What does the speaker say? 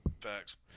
Facts